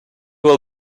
will